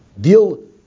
deal